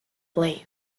blaze